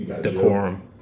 decorum